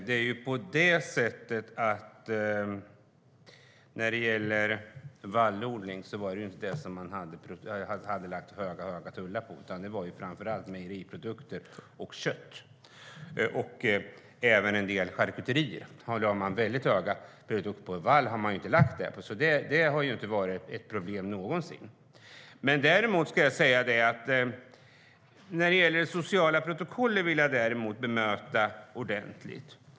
Herr talman! Man hade inte lagt höga tullar på vallodling, utan det var framför allt på mejeriprodukter, kött och även en del charkuterier. Det har inte någonsin varit ett problem. Frågan om sociala protokoll vill jag bemöta ordentligt.